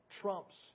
trumps